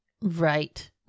Right